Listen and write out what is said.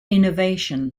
innovation